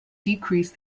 decrease